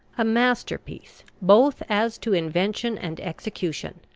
a masterpiece, both as to invention and execution.